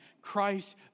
Christ